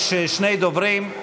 יש שני דוברים.